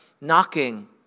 knocking